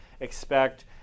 expect